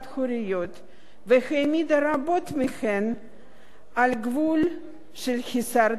והעמידה רבות מהן על גבול של הישרדות פיזית.